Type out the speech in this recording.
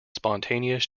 spontaneous